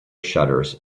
shutters